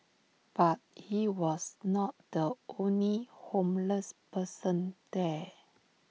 but he was not the only homeless person there